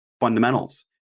fundamentals